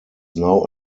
now